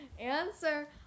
Answer